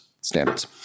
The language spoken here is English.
standards